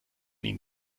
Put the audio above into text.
ihnen